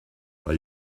are